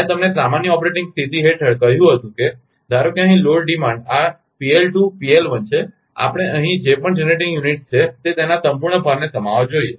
મેં તમને સામાન્ય ઓપરેટિંગ સ્થિતિ હેઠળ કહ્યું હતું કે ધારો કે અહીં લોડ ડિમાન્ડ આ છે આપણે અહીં જે પણ જનરેટિંગ યુનિટ્સ છે તે તેના સંપૂર્ણ ભારને સમાવવા જોઈએ